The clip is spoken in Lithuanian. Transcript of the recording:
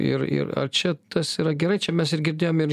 ir ir ar čia tas yra gerai čia mes ir girdėjom ir